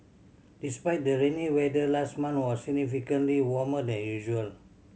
despite the rainy weather last month was significantly warmer than usual